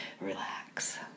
relax